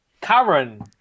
Karen